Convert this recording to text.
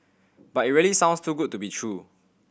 but it really sounds too good to be true